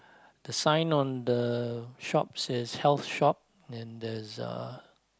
the sign on the shop says health shop then there's a